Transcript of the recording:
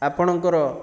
ଆପଣଙ୍କର